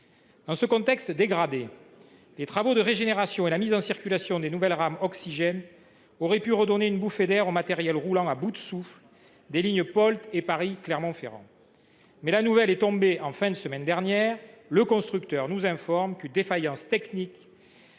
Dans ce contexte dégradé, les travaux de régénération et la mise en circulation des nouvelles rames Oxygène auraient pu redonner une bouffée d’air au matériel roulant à bout de souffle des lignes Paris Orléans Limoges Toulouse (Polt) et Paris Clermont Ferrand. Or la nouvelle est tombée en fin de semaine dernière : le constructeur nous informe d’une défaillance technique qui